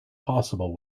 possible